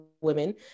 women